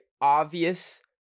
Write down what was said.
obvious